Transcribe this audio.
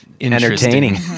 entertaining